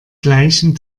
gleichen